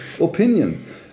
opinion